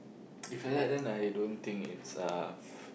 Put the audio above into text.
if like that then I don't it's uh